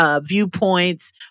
viewpoints